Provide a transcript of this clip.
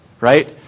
right